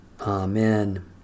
Amen